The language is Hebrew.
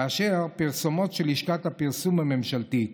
כאשר פרסומות של לשכת הפרסום הממשלתית